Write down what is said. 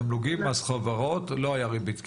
תמלוגים, מס חברות, לא הייתה ריבית קרן.